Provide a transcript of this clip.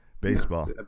baseball